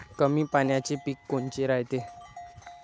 कमी पाण्याचे पीक कोनचे रायते?